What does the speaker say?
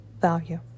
value